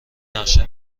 نقشه